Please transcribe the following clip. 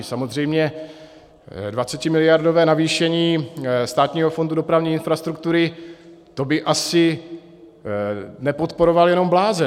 Samozřejmě 20miliardové navýšení Státního fondu dopravní infrastruktury, to by asi nepodporoval jenom blázen.